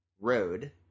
road